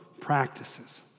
practices